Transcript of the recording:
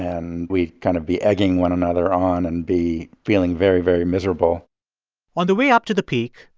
and we'd kind of be egging one another on and be feeling very, very miserable on the way up to the peak,